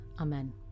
Amen